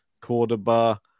Cordoba